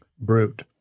brute